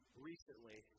recently